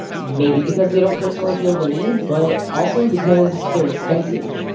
maybe because they don't personally feel the need but also because they're expensive,